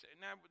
Now